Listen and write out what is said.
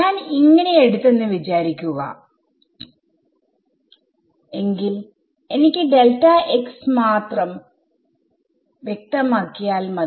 ഞാൻ ആയി എടുത്തെന്നു വിചാരിക്കുക എങ്കിൽ എനിക്ക് മാത്രം വ്യക്തമാക്കിയാൽ മതി